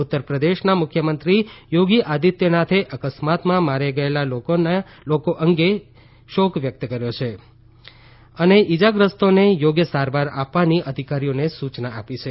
ઉત્તર પ્રદેશના મુખ્યમંત્રી યોગી આદિત્યનાથે મૃતકો અંગે શોક વ્યક્ત કર્યો છે અને ઈજાગ્રસ્તોને યોગ્ય સારવાર આપવાની અધિકારીઓને સૂચના આપી છે